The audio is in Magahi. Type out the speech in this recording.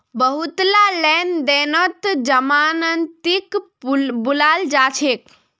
बहुतला लेन देनत जमानतीक बुलाल जा छेक